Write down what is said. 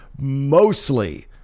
mostly